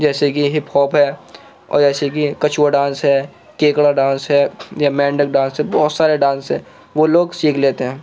جیسے کہ hip hop ہے اور جیسے کہ کچھوا ڈانس ہے کیکڑا ڈانس ہے یا مینڈک ڈانس ہے بہت سارے ڈانس ہیں وہ لوگ سیکھ لیتے ہیں